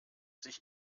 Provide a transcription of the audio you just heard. sich